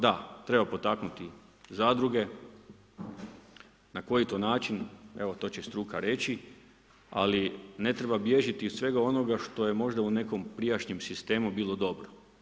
Da, treba potaknuti zadruge na koji to način, evo to će struka reći ali ne treba bježati od svega onoga što je možda u nekom prijašnjem sistemu bilo dobro.